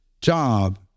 job